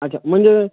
अच्छा म्हणजे